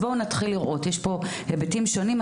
יש פה היבטים שונים.